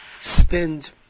spend